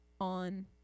on